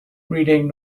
reading